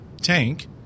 tank